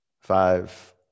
Five